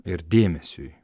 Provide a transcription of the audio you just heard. ir dėmesiui